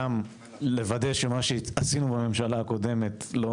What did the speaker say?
גם לוודא שמה שעשינו בממשלה הקודמת לא